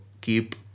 keep